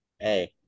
Hey